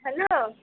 hello